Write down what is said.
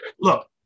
look